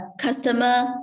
customer